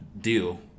Deal